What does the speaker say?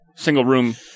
single-room